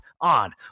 on